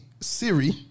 Siri